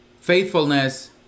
faithfulness